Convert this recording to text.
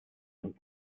und